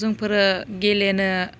जोंफोरो गेलेनो